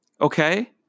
Okay